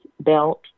belt